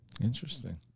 Interesting